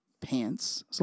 pants